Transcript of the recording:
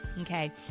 Okay